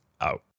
out